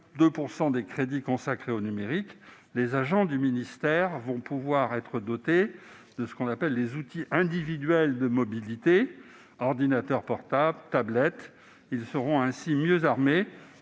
% des crédits consacrés au numérique, les agents du ministère vont enfin pouvoir être dotés d'outils individuels de mobilité- ordinateurs portables, tablettes, etc. ; ils seront ainsi mieux armés